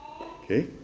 Okay